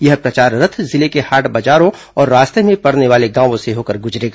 यह प्रचार रथ जिले के हाट बाजारों और रास्ते में पड़ने वाले गांवों से होकर गुजरेगा